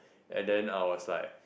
and then I was like